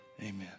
Amen